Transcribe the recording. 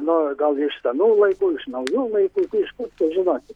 nu gal iš senų laikų iš naujų laikų iš kur čia žinosi